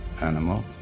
animal